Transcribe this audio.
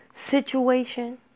situation